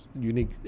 unique